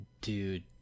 dude